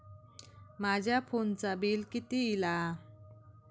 माझ्या फोनचा बिल किती इला?